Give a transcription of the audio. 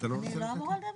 אני לא אמורה לדבר?